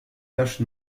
tâches